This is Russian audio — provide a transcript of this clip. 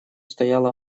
стояла